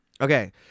Okay